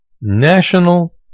National